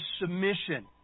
submission